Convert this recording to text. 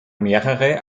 mehrere